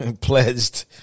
pledged